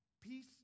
peace